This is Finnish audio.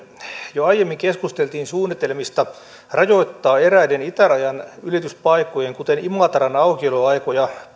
jo aiemmin keskusteltiin suunnitelmista rajoittaa eräiden itärajan ylityspaikkojen kuten imatran aukioloaikoja